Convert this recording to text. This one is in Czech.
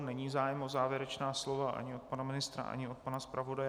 Není zájem o závěrečná slova ani od pana ministra ani od pana zpravodaje.